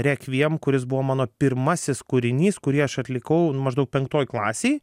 rekviem kuris buvo mano pirmasis kūrinys kurį aš atlikau maždaug penktoj klasėj